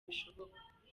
bishoboka